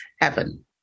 heaven